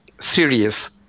series